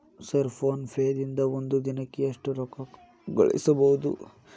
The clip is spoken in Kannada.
ಸರ್ ಫೋನ್ ಪೇ ದಿಂದ ಒಂದು ದಿನಕ್ಕೆ ಎಷ್ಟು ರೊಕ್ಕಾ ಕಳಿಸಬಹುದು?